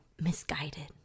misguided